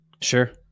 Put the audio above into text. Sure